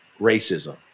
racism